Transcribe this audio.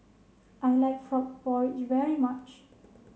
I like frog porridge very much